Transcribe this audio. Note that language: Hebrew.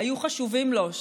היו חשובים לו,